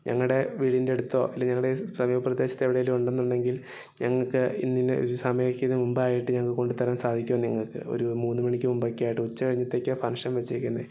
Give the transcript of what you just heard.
ഞങ്ങളുടെ വീടിൻറ്റടുത്തോ അല്ലെങ്കിൽ ഞങ്ങളുടെ സമീപപ്രദേശത്ത് എവിടെയേലും ഉണ്ടെന്നുണ്ടെങ്കിൽ ഞങ്ങൾക്ക് ഇങ്ങനെ ഒരു സമയത്തിന് മുമ്പായിട്ട് ഞങ്ങൾക്ക് കൊണ്ടുതരാൻ സാധിക്കുമോ നിങ്ങൾക്ക് ഒരു മൂന്നുമണിക്ക് മുൻപൊക്കെ ആയിട്ട് ഉച്ചകഴിഞ്ഞത്തേക്കാണ് ഫംഗ്ഷൻ വച്ചേക്കുന്നത്